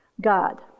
God